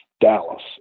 dallas